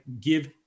give